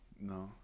No